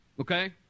Okay